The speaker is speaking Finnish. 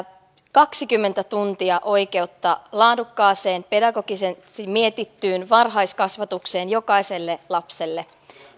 kaksikymmentä tuntia oikeutta laadukkaaseen pedagogisesti mietittyyn varhaiskasvatukseen jokaiselle lapselle